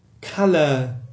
color